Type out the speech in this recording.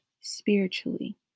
spiritually